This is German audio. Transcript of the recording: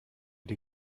die